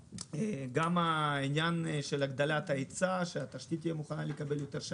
גם הגדלת ההיצע שהתשתית תהיה כזאת שמסוגלת לקבל יותר,